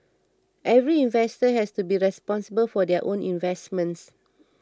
every investor has to be responsible for their own investments